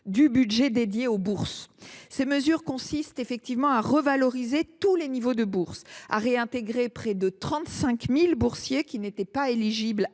du budget dédié aux bourses. Ces dispositions consistent à revaloriser tous les niveaux des bourses, à réintégrer près de 35 000 boursiers qui n’étaient pas éligibles,